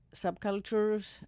subcultures